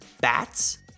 Bats